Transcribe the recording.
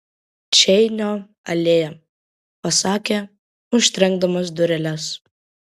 čeinio alėja pasakė užtrenkdamas dureles